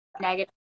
negative